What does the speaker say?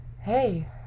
hey